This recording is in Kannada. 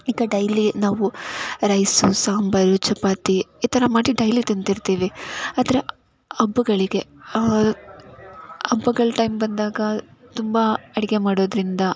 ಈಗ ಡೈಲಿ ನಾವು ರೈಸು ಸಾಂಬಾರು ಚಪಾತಿ ಈ ಥರ ಮಾಡಿ ಡೈಲಿ ತಿಂತಿರ್ತೀವಿ ಆದರೆ ಹಬ್ಬಗಳಿಗೆ ಹಬ್ಬಗಳು ಟೈಮ್ ಬಂದಾಗ ತುಂಬ ಅಡುಗೆ ಮಾಡೋದರಿಂದ